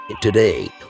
Today